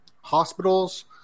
hospitals